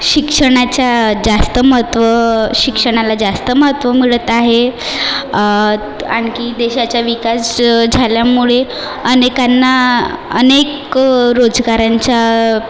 शिक्षणाचा जास्त महत्व शिक्षणाला जास्त महत्व मिळत आहे आणखी देशाचा विकास झाल्यामुळे अनेकांना अनेक रोजगारांच्या